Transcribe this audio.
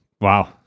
Wow